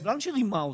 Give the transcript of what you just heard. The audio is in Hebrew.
קבלן שרימה אותו,